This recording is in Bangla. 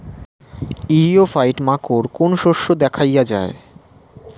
ইরিও ফাইট মাকোর কোন শস্য দেখাইয়া যায়?